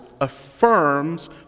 affirms